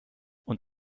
und